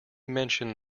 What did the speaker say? mention